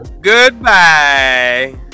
Goodbye